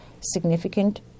significant